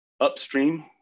upstream